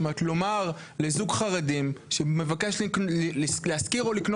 לומר לזוג חרדים שמבקש לשכור או לקנות